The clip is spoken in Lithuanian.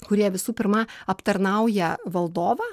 kurie visų pirma aptarnauja valdovą